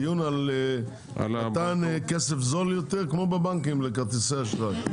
דיון על מתן כסף זול יותר כמו בבנקים לחברות כרטיסי אשראי.